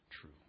true